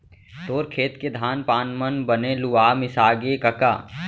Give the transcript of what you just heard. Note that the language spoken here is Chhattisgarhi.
तोर खेत के धान पान मन बने लुवा मिसागे कका?